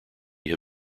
have